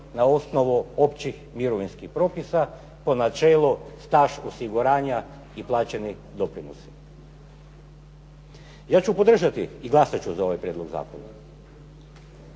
na osnovu općih mirovinskih propisa po načelu staž, osiguranja i plaćeni doprinosi. Ja ću podržati i glasat ću za ovaj prijedlog zakona,